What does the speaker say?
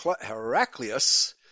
Heraclius